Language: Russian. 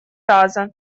раза